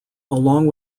along